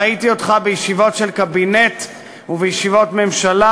ראיתי אותך בישיבות של קבינט ובישיבות ממשלה,